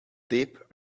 dip